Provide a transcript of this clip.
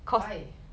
why